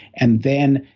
and then,